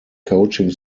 coaching